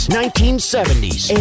1970s